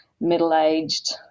middle-aged